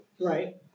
Right